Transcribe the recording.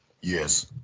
Yes